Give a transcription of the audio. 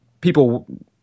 people